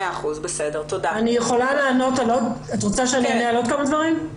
את רוצה שאענה על עוד כמה דברים?